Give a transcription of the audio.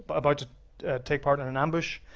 about to take part in an ambush.